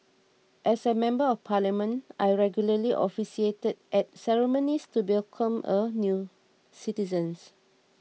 as a member of parliament I regularly officiated at ceremonies to welcome new citizens